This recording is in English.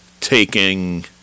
Taking